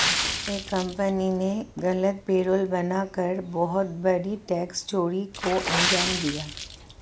एक कंपनी ने गलत पेरोल बना कर बहुत बड़ी टैक्स चोरी को अंजाम दिया